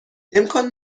امکان